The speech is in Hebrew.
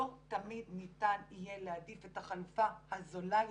לא תמיד ניתן יהיה להעדיף את החלופה הזולה יותר,